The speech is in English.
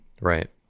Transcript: Right